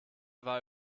war